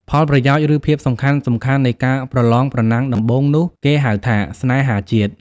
ផលប្រយោជន៍ ឬភាពសំខាន់ៗនៃការប្រលងប្រណាំងដំបូងនោះ គេហៅថា”ស្នេហាជាតិ”។